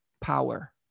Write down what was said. power